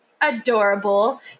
adorable